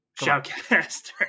shoutcaster